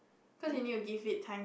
cause you need to give it time to